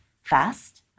Fast